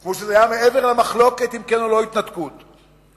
כמו שזה היה מעבר למחלוקת על התנתקות כן או לא.